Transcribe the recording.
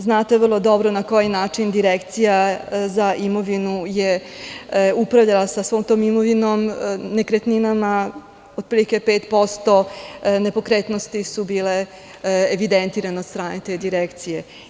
Znate vrlo dobro na koji način direkcija za imovinu je upravljala sa svom tom imovinom, nekretninama, otprilike 5% nepokretnosti su bile evidentirane od strane te direkcije.